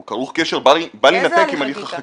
הוא כרוך קשר בל יינתק עם הליך החקיקה.